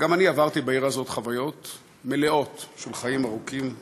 גם אני עברתי בעיר הזאת חוויות מלאות של חיים ארוכים ומלאים,